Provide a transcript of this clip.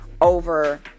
over